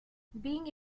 being